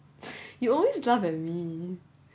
you always laugh at me